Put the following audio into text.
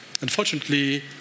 unfortunately